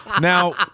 Now